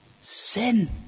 Sin